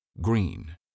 Green